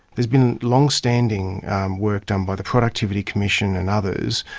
there's been longstanding work done by the productivity commission and others,